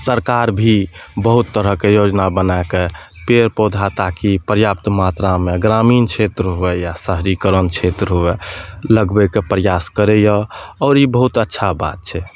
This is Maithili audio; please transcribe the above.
सरकार भी बहुत तरहके योजना बनाइके पेड़ पौधा ताकि पर्याप्त मात्रामे ग्रामीण छेत्र हुए या शहरीकरण छेत्र हुए लगबैके पर्यास करैए आओर ई बहुत अच्छा बात छै